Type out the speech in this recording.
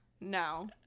no